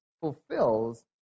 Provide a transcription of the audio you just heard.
fulfills